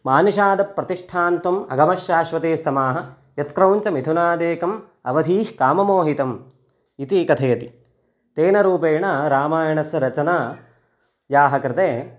मा निषाद प्रतिष्ठान्त्वम् अगमश्शाश्वतीस्समाः यत्क्रौञ्चमिथुनादेकम् अवधीः कामोहितम् इति कथयति तेन रूपेण रामायणस्य रचनायाः कृते